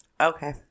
Okay